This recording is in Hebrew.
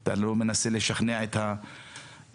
אתה לא מנסה לשכנע את השופט.